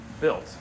built